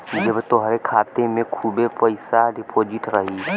जब तोहरे खाते मे खूबे पइसा डिपोज़िट रही